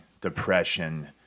depression